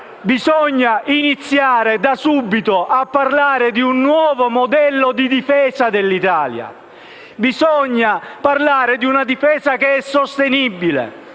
Bisogna iniziare da subito a parlare di un nuovo modello di difesa dell'Italia. Bisogna parlare di una difesa che sia sostenibile